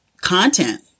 content